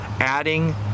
adding